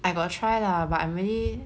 I got try lah but I'm really